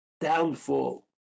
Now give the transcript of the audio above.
downfall